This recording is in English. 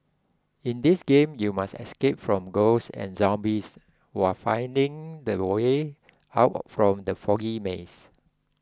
in this game you must escape from ghosts and zombies while finding the way out from the foggy maze